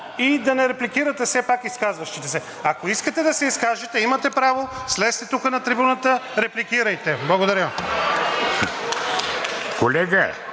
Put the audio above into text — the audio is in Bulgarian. Да не репликирате все пак изказващите се. Ако искате да се изкажете, имате право, слезте тук на трибуната, репликирайте. Благодаря.